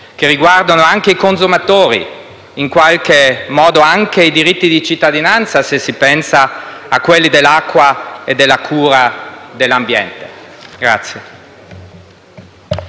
e riguardano i consumatori e in qualche modo anche i diritti di cittadinanza, se si pensa a quelli dell'acqua o della cura dell'ambiente.